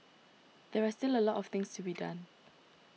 there are still a lot of things to be done